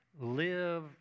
live